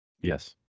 Yes